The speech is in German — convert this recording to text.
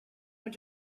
mit